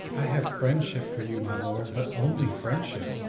i have friendship for you, my lord. but only friendship.